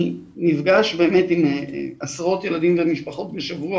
אני נפגש עם עשרות ילדים ומשפחות בשבוע,